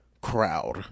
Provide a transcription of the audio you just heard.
crowd